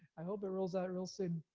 i hope it rolls out real soon.